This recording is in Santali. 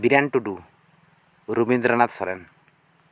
ᱵᱤᱨᱮᱱ ᱴᱩᱰᱩ ᱨᱚᱵᱤᱱᱫᱨᱚᱱᱟᱛᱷ ᱥᱚᱨᱮᱱ